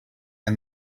and